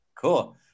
Cool